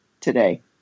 today